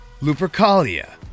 Lupercalia